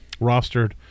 rostered